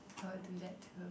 I would do that too